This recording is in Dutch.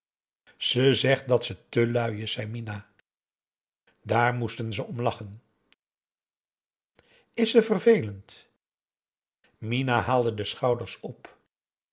ze zegt dat ze te lui is zei minah daar moesten ze om lachen is ze vervelend minah haalde de schouders op